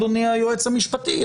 אדוני היועץ המשפטי.